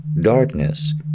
Darkness